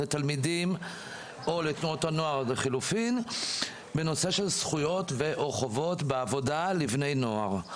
לתלמידים ולתנועות הנוער בנושא זכויות וחובות בעבודה לבני נוער.